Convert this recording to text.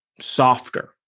softer